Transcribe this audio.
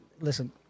listen